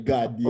God